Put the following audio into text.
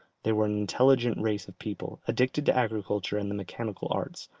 they were an intelligent race of people, addicted to agriculture and the mechanical arts,